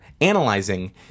analyzing